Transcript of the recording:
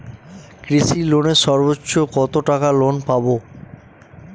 কৃষি লোনে সর্বোচ্চ কত টাকা লোন পাবো?